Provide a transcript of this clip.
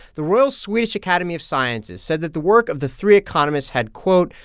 the royal swedish academy of sciences said that the work of the three economists had, quote,